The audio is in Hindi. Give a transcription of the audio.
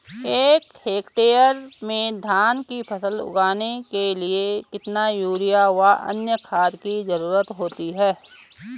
एक हेक्टेयर में धान की फसल उगाने के लिए कितना यूरिया व अन्य खाद की जरूरत होती है?